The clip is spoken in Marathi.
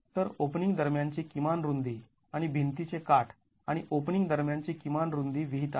तर ओपनिंग दरम्यानची किमान रुंदी आणि भिंतीचे काठ आणि ओपनिंग दरम्यानची किमान रुंदी विहित आहे